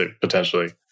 potentially